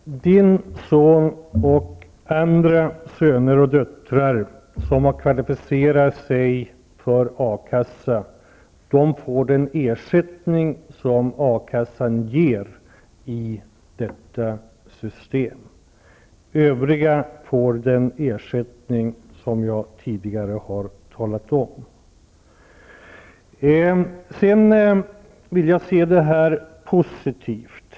Herr talman! Sten Östlunds son och andras söner och döttrar som har kvalificerat sig för A-kassan får i detta system den ersättning som A-kassan ger. Övriga får den ersättning som jag tidigare har redogjort för. Jag vill se det här positivt.